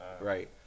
Right